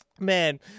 man